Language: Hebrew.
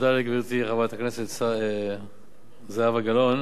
תודה לגברתי חברת הכנסת זהבה גלאון.